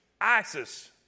ISIS